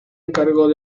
encargó